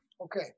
Okay